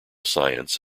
science